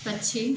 पक्षी